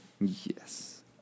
Yes